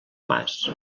mas